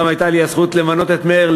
גם הייתה לי הזכות למנות את מאיר,